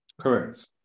Correct